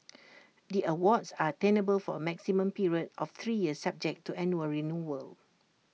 the awards are tenable for A maximum period of three years subject to annual renewal